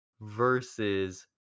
versus